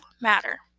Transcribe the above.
matter